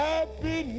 Happy